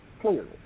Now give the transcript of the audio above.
clearly